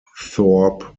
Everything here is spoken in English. thorpe